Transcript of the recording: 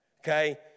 okay